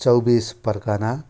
Chaubis Pargana